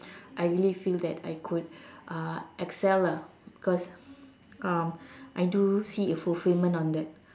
I really feel that I could uh Excel lah because um I do see a fulfilment on that